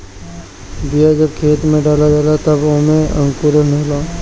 बिया जब खेत में डला जाला तब ओमे अंकुरन होला